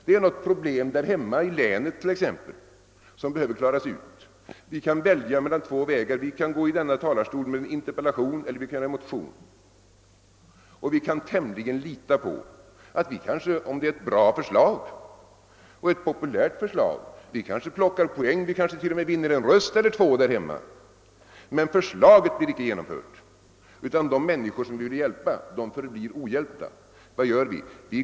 Det kan t.ex. gälla ett problem där hemma i länet. Vi har då att välja mellan två vägar. Vi kan gå upp i denna talarstol med en interpellation eller vi kan avlämna en motion. Om det är ett bra och populärt förslag kan vi plocka poäng och kanske t.o.m. vinna en röst eller två där hemma, men förslaget blir icke genomfört, och de människor som vi ville hjälpa förblir ohjälpta. Vad gör vi då?